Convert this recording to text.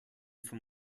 from